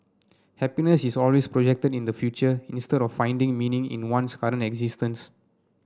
happiness is always projected in the future instead of finding meaning in one's current existence